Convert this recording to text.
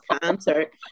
concert